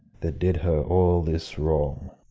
that did her all this wrong.